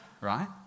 right